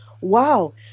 wow